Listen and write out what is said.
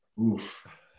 Oof